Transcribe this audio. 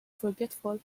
forgetful